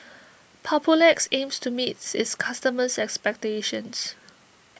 Papulex aims to meet its customers' expectations